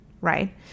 right